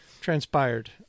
transpired